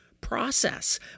process